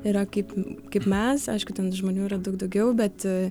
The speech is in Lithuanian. yra kaip kaip mes aišku ten žmonių yra daug daugiau bet